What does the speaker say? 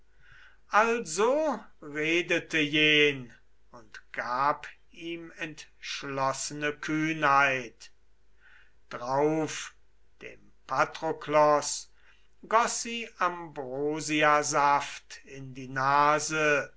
also redete jen und gab ihm entschlossene kühnheit drauf dem patroklos goß sie ambrosiasaft in die nase